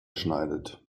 schneidet